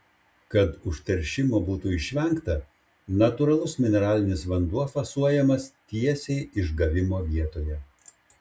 kad užteršimo būtų išvengta natūralus mineralinis vanduo fasuojamas tiesiai išgavimo vietoje